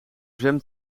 zwem